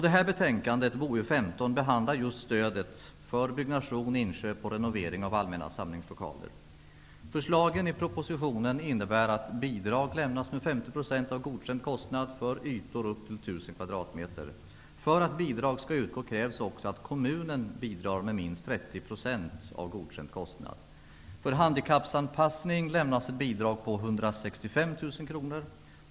Det här betänkandet, BoU15, handlar just om stödet till byggnade, inköp och renovering av allmänna samlingslokaler. Förslagen i propositionen innebär att bidrag lämnas med 50 % kvadratmeter. För att bidrag skall utgå krävs också att kommunen bidrar med minst 30 % av godkänd kostnad. För handikappanpassning lämnas ett bidrag på 165 000 kr.